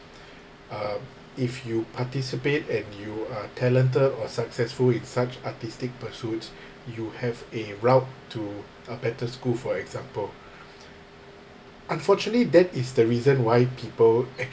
uh if you participate and you are talented or successful in such artistic pursuit you have a route to a better school for example unfortunately that is the reason why people